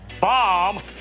bomb